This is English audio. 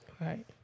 right